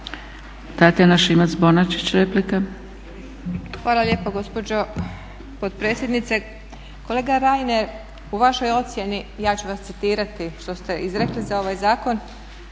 Tatjana Šimac-Bonačić, replika.